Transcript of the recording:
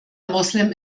moslem